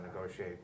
negotiate